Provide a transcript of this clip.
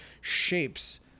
shapes